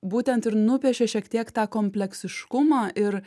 būtent ir nupiešė šiek tiek tą kompleksiškumą ir